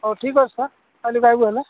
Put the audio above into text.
ହଉ ଠିକ୍ ଅଛି ସାର୍ କାଲି ଆସିବୁ ହେଲା